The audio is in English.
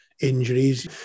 injuries